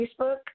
Facebook